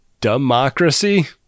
Democracy